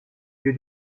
dieu